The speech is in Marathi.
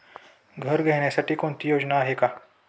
घर घेण्यासाठी कोणती योजना आहे?